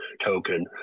token